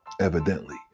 evidently